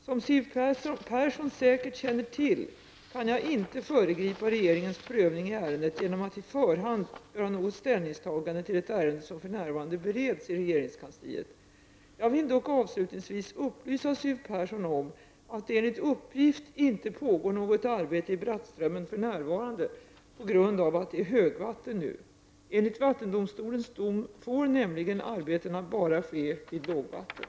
Som Siw Persson säkert känner till kan jag inte föregripa regeringens prövning av ärendet genom att i förhand göra något ställningstagande till ett ärende som för närvarande bereds i regeringskansliet. Jag vill dock avslutningsvis upplysa Siw Persson om att det enligt uppgift inte pågår något arbete i Brattströmmen för närvarande på grund av att det är högvatten nu. Enligt vattendomstolens dom får nämligen arbetena bara ske vid lågvatten.